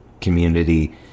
community